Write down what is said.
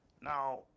Now